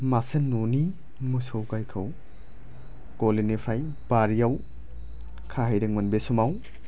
मासे न'नि मोसौ गायखौ गलिनिफ्राय बारियाव खाहैदोंमोन बे समाव